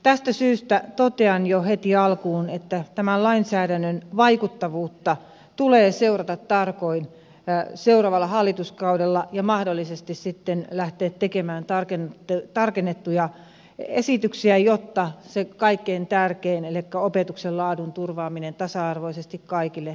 tästä syystä totean jo heti alkuun että tämän lainsäädännön vaikuttavuutta tulee seurata tarkoin seuraavalla hallituskaudella ja mahdollisesti sitten lähteä tekemään tarkennettuja esityksiä jotta se kaikkein tärkein elikkä opetuksen laadun turvaaminen tasa arvoisesti kaikille turvataan